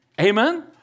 Amen